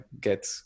get